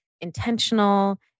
intentional